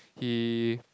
he